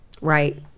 Right